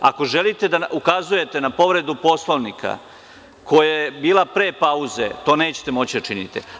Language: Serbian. Ako želite da ukazujete na povredu Poslovnika koja je bila pre pauze, to nećete moći da činite.